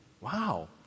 Wow